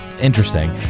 interesting